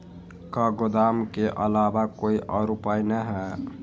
का गोदाम के आलावा कोई और उपाय न ह?